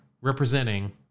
representing